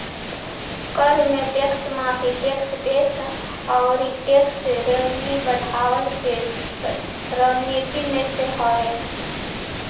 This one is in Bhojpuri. कर में टेक्स माफ़ी, टेक्स बेस अउरी टेक्स रेवन्यू बढ़वला के रणनीति में से हवे